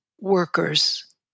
workers